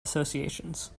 associations